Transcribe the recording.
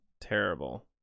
terrible